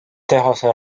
tehase